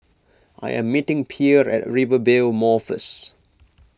I am meeting Pierce at Rivervale Mall first